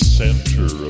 center